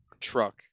truck